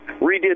redid